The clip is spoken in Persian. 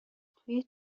توی